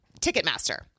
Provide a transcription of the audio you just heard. Ticketmaster